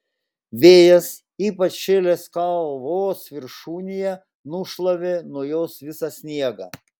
vėjas ypač šėlęs kalvos viršūnėje nušlavė nuo jos visą sniegą